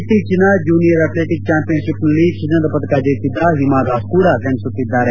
ಇತ್ತೀಚಿನ junior athletic ಚಾಂಪಿಯನ್ಶಿಪ್ನಲ್ಲಿ ಚಿನ್ನದ ಪದಕ ಜಯಿಸಿದ್ದ ಹಿಮಾದಾಸ್ ಕೂಡ ಸೆಣಸುತ್ತಿದ್ದಾರೆ